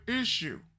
issue